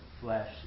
flesh